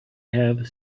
have